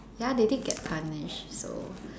ya they did get punished so